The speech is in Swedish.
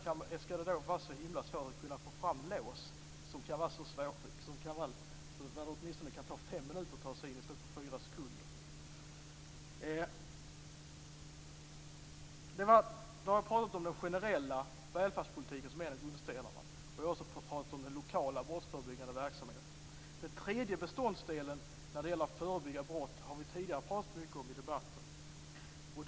Skall det då vara så himla svårt att få fram lås som gör att det åtminstone tar fem minuter att ta sig in i stället för fyra sekunder? Det har talats om den generella välfärdspolitiken som en av grundstenarna. Jag har pratat om den lokala brottsförebyggande verksamheten. Den tredje beståndsdelen när det gäller att förebygga brott har vi tidigare pratat mycket om i debatten.